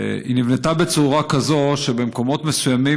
היא נבנתה בצורה כזאת שבמקומות מסוימים